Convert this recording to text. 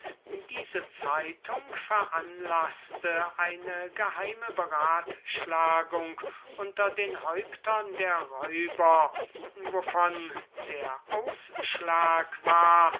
diese zeitung veranlaßte eine geheime beratschlagung unter den häuptern der räuber wovon der ausschlag war